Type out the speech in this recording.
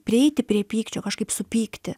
prieiti prie pykčio kažkaip supykti